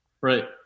Right